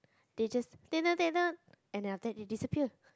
they just and then after that they disappear